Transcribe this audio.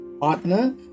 partner